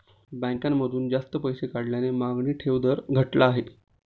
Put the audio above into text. बँकेतून जास्त पैसे काढल्याने मागणी ठेव दर घटला आहे